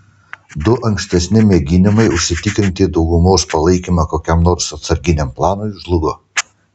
du ankstesni mėginimai užsitikrinti daugumos palaikymą kokiam nors atsarginiam planui žlugo